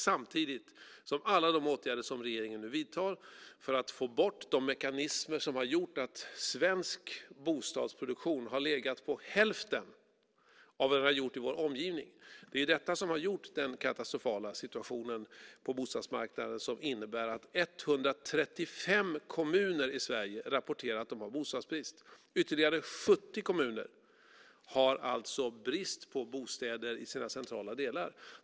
Samtidigt vidtar regeringen nu åtgärder för att få bort de mekanismer som har gjort att svensk bostadsproduktion har varit hälften så stor som bostadsproduktionen i vår omgivning. Det är detta som har orsakat den katastrofala situationen på bostadsmarknaden som innebär att 135 kommuner i Sverige rapporterar att de har bostadsbrist. Ytterligare 70 kommuner har brist på bostäder i sina centrala delar.